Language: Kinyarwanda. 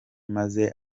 maze